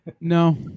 No